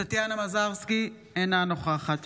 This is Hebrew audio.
טטיאנה מזרסקי, אינה נוכחת